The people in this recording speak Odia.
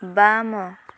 ବାମ